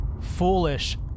foolish